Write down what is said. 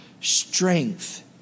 strength